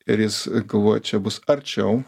ir jis galvojo čia bus arčiau